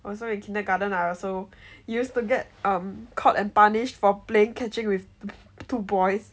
also in kindergarten I also used to get caught and punished for playing catching with two boys